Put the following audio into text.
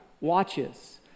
watches